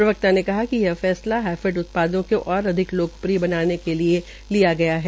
प्रवक्ता ने बताया कि यह फैसला हैफेड उत्पादों को और अधिक लोकप्रिय बनाने के दृष्टिगत लिया है